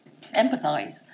empathize